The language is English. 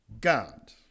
God